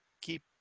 keep